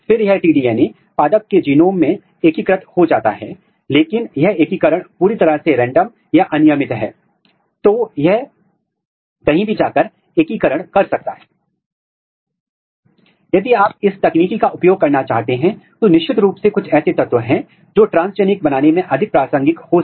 यहां हम gene of interest के लिए स्टॉप कोडन को म्यूट कर रहे हैं और फिर फ्रेम में हम कुछ रिपोर्टरों के साथ फ्यूज कर रहे हैं और यदि आप इस कंस्ट्रक्ट का उपयोग करते हैं तो इसे ट्रांसल्यूशनल फ्यूजन कंस्ट्रक्शन कहा जाता है